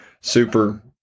super